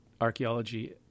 archaeology